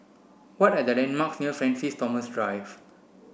what are the landmarks near Francis Thomas Drive